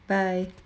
okay bye